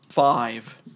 Five